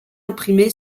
imprimé